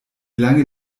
lang